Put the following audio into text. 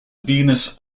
venus